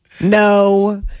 No